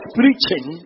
preaching